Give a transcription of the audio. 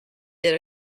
did